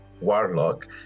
Warlock